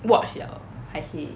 watch liao 才去